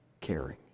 caring